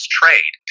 trade